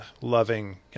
loving